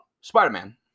Spider-Man